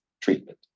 treatment